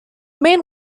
main